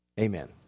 Amen